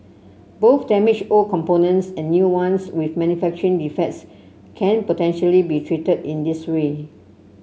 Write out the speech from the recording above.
both damaged old components and new ones with manufacturing defects can potentially be treated in this way